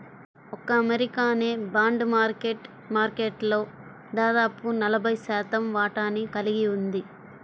ఒక్క అమెరికానే bond market మార్కెట్లో దాదాపు నలభై శాతం వాటాని కలిగి ఉంది